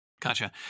Gotcha